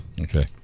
Okay